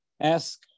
Ask